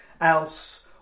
else